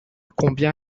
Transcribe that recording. combien